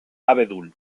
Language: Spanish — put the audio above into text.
abedul